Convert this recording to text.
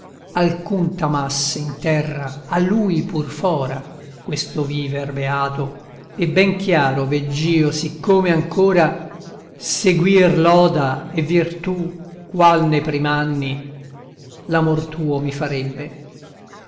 alcun t'amasse in terra a lui pur fora questo viver beato e ben chiaro vegg'io siccome ancora seguir loda e virtù qual ne prim'anni l'amor tuo mi farebbe